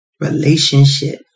Relationship